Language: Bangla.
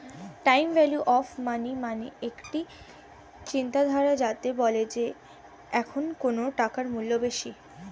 টাইম ভ্যালু অফ মনি মানে একটা চিন্তাধারা যাতে বলে যে এখন কোন টাকার মূল্য বেশি